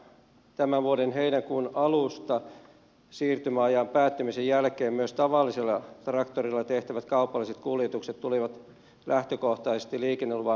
tämän vuoden heinäkuun alusta siirtymäajan päättymisen jälkeen myös tavallisella traktorilla tehtävät kaupalliset kuljetukset tulivat lähtökohtaisesti liikenneluvan piiriin